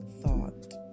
thought